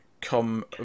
come